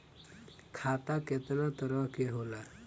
खाता केतना तरह के होला?